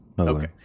Okay